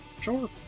Sure